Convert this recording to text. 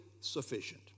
sufficient